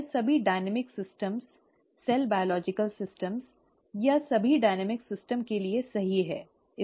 यह सभी गतिशील प्रणालियों सेल जैविक प्रणालियों या सभी गतिशील प्रणालियों के लिए सही है